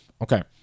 Okay